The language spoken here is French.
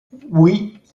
oui